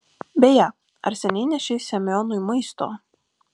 beje ar seniai nešei semionui maisto